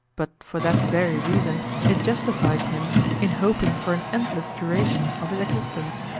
but for that very reason it justifies him in hoping for an endless duration of his existence.